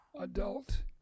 adult